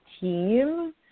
team